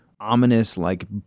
ominous-like